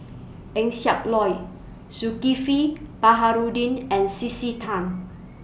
Eng Siak Loy Zulkifli Baharudin and C C Tan